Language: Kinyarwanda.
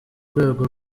rwego